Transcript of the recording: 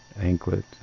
anklet